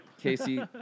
Casey